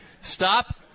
stop